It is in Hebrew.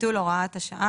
ביטול הוראת השעה.